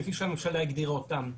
כפי שהממשלה הגדירה אותם,